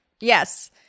Yes